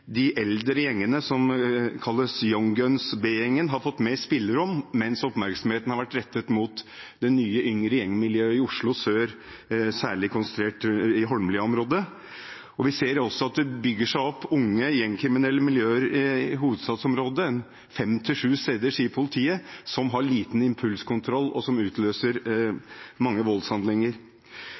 de eldre gjengene, som kalles Young Guns og B-gjengen, har fått mer spillerom, mens oppmerksomheten har vært rettet mot det nye, yngre gjengmiljøet i Oslo sør, særlig konsentrert i Holmlia-området. Vi ser også at det bygger seg opp unge kriminelle gjengmiljøer i hovedstadsområdet – fem til sju steder, sier politiet – som har liten impulskontroll, og som utløser mange voldshandlinger.